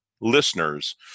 listeners